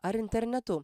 ar internetu